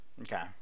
okay